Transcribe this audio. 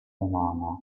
romana